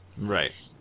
right